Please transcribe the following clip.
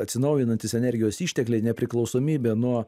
atsinaujinantys energijos ištekliai nepriklausomybė nuo